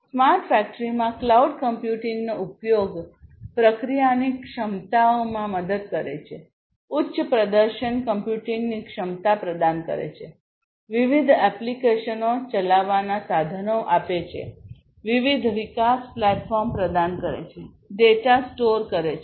smart ફેક્ટરીમાં cloud કમ્પ્યુટિંગનો ઉપયોગ પ્રક્રિયાની ક્ષમતાઓમાં મદદ કરે છે ઉચ્ચ પ્રદર્શન કમ્પ્યુટિંગની ક્ષમતા પ્રદાન કરે છે વિવિધ એપ્લિકેશનો ચલાવવાનાં સાધનો આપે છે વિવિધ વિકાસ પ્લેટફોર્મ પ્રદાન કરે છે ડેટા સ્ટોર કરે છે